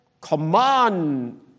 command